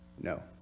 no